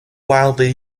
widely